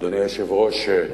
אדוני היושב-ראש,